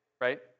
right